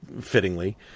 fittingly